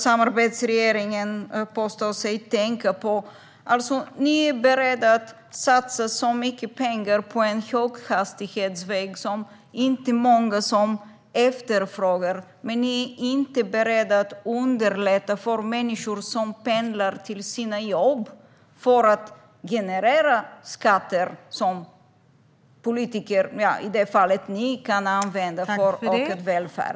Samarbetsregeringen påstår sig tänka på ekonomisk balans, men ni är beredda att satsa mycket pengar på en höghastighetsväg som inte många efterfrågar. Ni är dock inte beredda att underlätta för människor som pendlar till sina jobb för att på så sätt generera skatter som politiker, ni i detta fall, kan använda för vår välfärd.